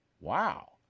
Wow